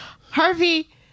harvey